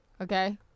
Okay